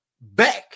back